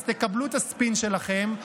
אז תקבלו את הספין שלכם,